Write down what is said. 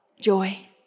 Joy